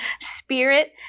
Spirit